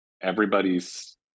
everybody's